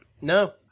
No